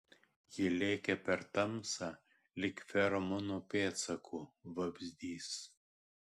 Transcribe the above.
ji lėkė per tamsą lyg feromono pėdsaku vabzdys